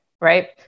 Right